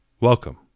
Welcome